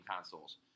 consoles